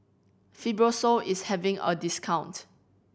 Fibrosol is having a discount